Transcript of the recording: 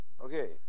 Okay